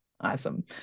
Awesome